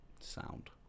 sound